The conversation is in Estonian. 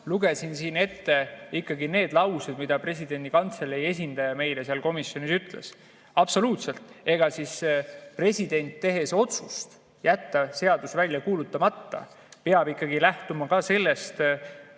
lugesin siin ette ikkagi need laused, mida presidendi kantselei esindaja meile seal komisjonis ütles. Absoluutselt, president, tehes otsuse jätta seadus välja kuulutamata, peab lähtuma ka sellest